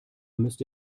müsste